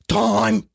time